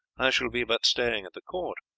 i shall be but staying at the court.